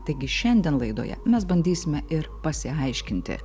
taigi šiandien laidoje mes bandysime ir pasiaiškinti